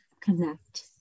connect